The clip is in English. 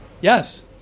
Yes